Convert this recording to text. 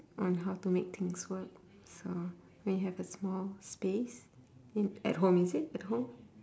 on how to make things work so when you have a small space in at home is it at home